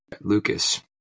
Lucas